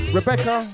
Rebecca